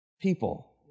People